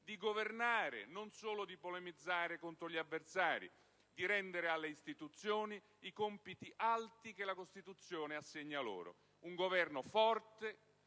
Di governare, non solo di polemizzare contro gli avversari. Di rendere alle istituzioni i compiti alti che la Costituzione assegna loro: un Governo forte;